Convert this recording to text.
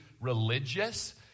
religious